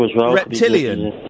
reptilian